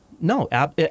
No